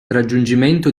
raggiungimento